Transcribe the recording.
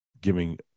giving